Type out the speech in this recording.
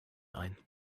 ein